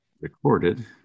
recorded